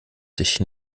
sich